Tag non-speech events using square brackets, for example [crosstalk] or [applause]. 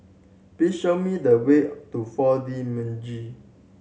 please show me the way to Four D [unintelligible]